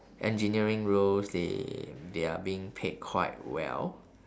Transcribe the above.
engineering roles they they are being paid quite well